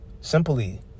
Simply